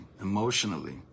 emotionally